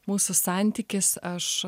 mūsų santykis aš